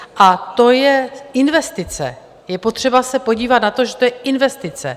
A to je investice, je potřeba se podívat na to, že to je investice.